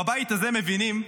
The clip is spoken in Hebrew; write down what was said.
בבית הזה מבינים,